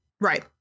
Right